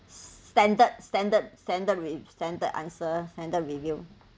standard standard standard with standard answer standard review